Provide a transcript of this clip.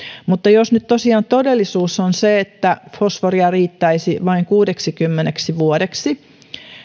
mutta jos nyt tosiaan todellisuus on se että fosforia riittäisi vain kuudeksikymmeneksi vuodeksi